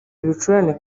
ibicurane